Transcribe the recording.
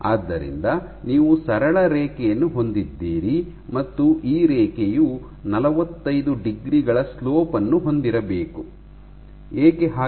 ಆದ್ದರಿಂದ ನೀವು ಸರಳ ರೇಖೆಯನ್ನು ಹೊಂದಿದ್ದೀರಿ ಮತ್ತು ಈ ರೇಖೆಯು ನಲವತ್ತೈದು ಡಿಗ್ರಿ ಗಳ ಸ್ಲೋಪ್ ಅನ್ನು ಹೊಂದಿರಬೇಕು ಏಕೆ ಹಾಗೆ